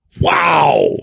wow